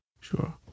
sure